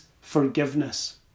forgiveness